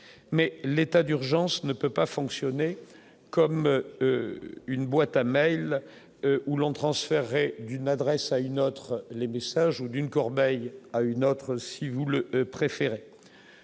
mais l'état d'urgence ne peut pas fonctionner comme une boîte à mails où l'on transfère et d'une adresse à une autre, les messages ou d'une corbeille à une autre, si vous le préféré.